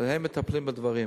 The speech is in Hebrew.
והם מטפלים בדברים.